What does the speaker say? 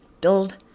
build